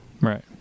right